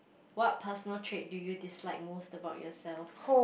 what personal trait do you dislike most about yourself